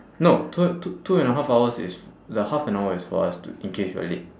no t~ two two and a half hours is the half an hour is for us to in case we're late